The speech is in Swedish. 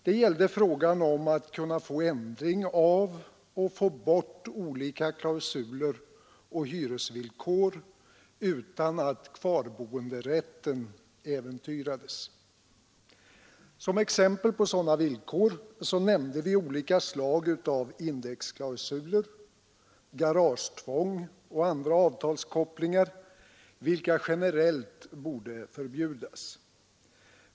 Det gällde frågan om att kunna få ändring av och få bort olika klausuler och hyresvillkor utan att kvarboenderätten äventyrades. Som exempel på sådana villkor nämnde vi olika slag av indexklausuler, garagetvång och andra avtalskopplingar, vilka generellt borde förbjudas.